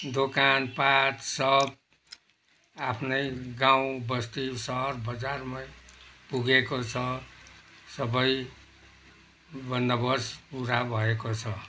दोकानपाट सब आफ्नै गाउँबस्ती सहर बजारमै पुगेको छ सबै बन्दोबस्त पुरा भएको छ